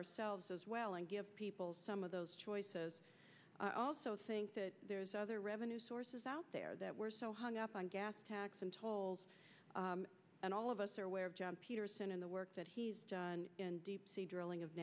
ourselves as well and give people some of those choices i also think that other revenue sources out there that we're so hung up on gas tax and tolls and all of us are aware of john peterson in the work that he's in deep sea drilling of